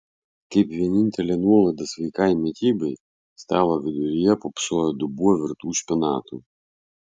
kaip vienintelė nuolaida sveikai mitybai stalo viduryje pūpsojo dubuo virtų špinatų